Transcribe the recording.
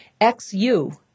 XU